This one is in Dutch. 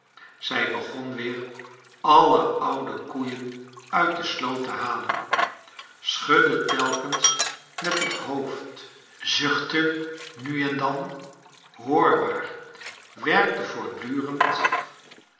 zij begon weer alle oude koeien uit de sloot te halen schudde telkens met het hoofd zuchtte nu en dan hoorbaar werkte voortdurend